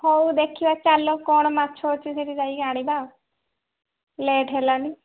ହଉ ଦେଖିବା ଚାଲ କ'ଣ ମାଛ ଅଛି ସେଠି ଯାଇକି ଆଣିବା ଆଉ ଲେଟ୍ ହେଲାଣି